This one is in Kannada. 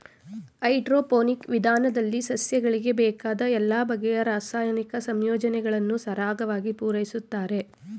ಹೈಡ್ರೋಪೋನಿಕ್ ವಿಧಾನದಲ್ಲಿ ಸಸ್ಯಗಳಿಗೆ ಬೇಕಾದ ಎಲ್ಲ ಬಗೆಯ ರಾಸಾಯನಿಕ ಸಂಯೋಜನೆಗಳನ್ನು ಸರಾಗವಾಗಿ ಪೂರೈಸುತ್ತಾರೆ